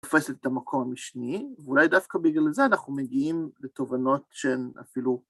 ‫תופס את המקום המשני, ואולי דווקא בגלל זה ‫אנחנו מגיעים לתובנות שהן אפילו...